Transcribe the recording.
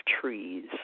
Trees